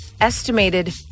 Estimated